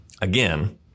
again